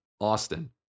Austin